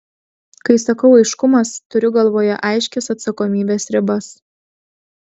kai sakau aiškumas turiu galvoje aiškias atsakomybės ribas